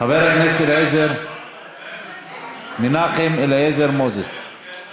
חבר הכנסת מנחם אליעזר מוזס, בבקשה,